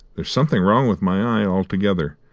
there's something wrong with my eye altogether.